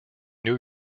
new